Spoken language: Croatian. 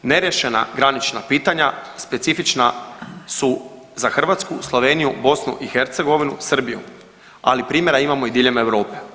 Neriješena granična pitanja specifična su za Hrvatsku, Sloveniju, BiH, Srbiju, ali primjera imamo i diljem Europe.